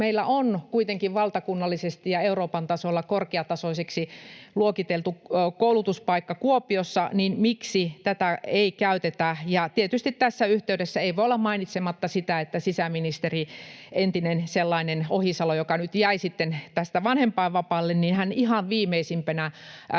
meillä on kuitenkin valtakunnallisesti ja Euroopan tasolla korkeatasoiseksi luokiteltu koulutuspaikka Kuopiossa, niin tätä ei käytetä. Tietysti tässä yhteydessä ei voi olla mainitsematta sitä, että sisäministeri, entinen sellainen, Ohisalo, joka nyt jäi vanhempainvapaalle, ihan viimeisimpinä